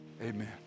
Amen